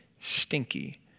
stinky